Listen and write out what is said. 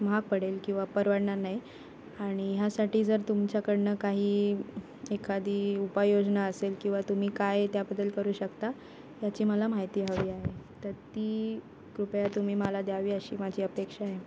महाग पडेल किंवा परवडणार नाही आणि ह्यासाठी जर तुमच्याकडून काही एखादी उपायोजना असेल किंवा तुम्ही काय त्याबद्दल करू शकता याची मला माहिती हवी आहे तर ती कृपया तुम्ही मला द्यावी अशी माझी अपेक्षा आहे